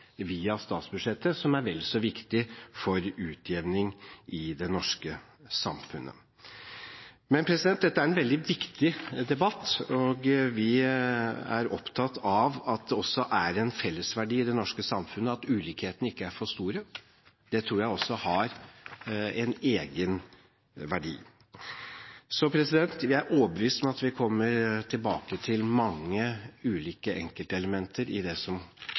via statsbudsjettet, som er viktig for utjevning i det norske samfunnet. Dette er en veldig viktig debatt. Vi er opptatt av at det også er en fellesverdi i det norske samfunnet at ulikhetene ikke er for store. Det tror jeg også har en egen verdi. Vi er overbevist om at vi kommer tilbake til mange ulike enkeltelementer i det som